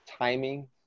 timing